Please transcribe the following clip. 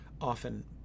often